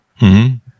-hmm